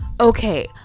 Okay